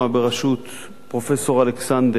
בראשות פרופסור אלכסנדר,